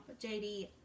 JD